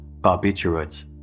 barbiturates